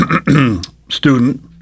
student